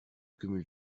cumule